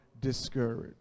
discouraged